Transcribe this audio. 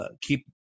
keep